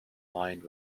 lined